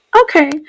okay